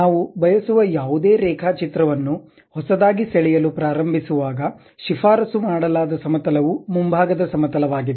ನಾವು ಬಯಸುವ ಯಾವುದೇ ರೇಖಾಚಿತ್ರ ವನ್ನು ಹೊಸದಾಗಿ ಸೆಳೆಯಲು ಪ್ರಾರಂಭಿಸುವಾಗ ಶಿಫಾರಸು ಮಾಡಲಾದ ಸಮತಲವು ಮುಂಭಾಗದ ಸಮತಲ ವಾಗಿದೆ